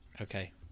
Okay